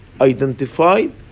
identified